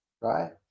right